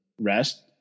rest